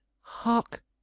Hark